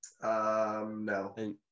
No